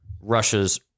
Russia's